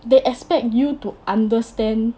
they expect you to understand